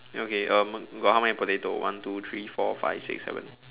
okay um got how many potato one two three four five six seven